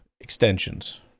extensions